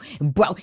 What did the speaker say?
bro